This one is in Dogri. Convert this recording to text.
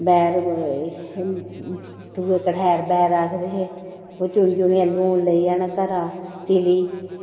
बैर दूऐ कठेर बैर आखदे हे ओह् चुनी चुनियै लून लेई जाना घरा तिली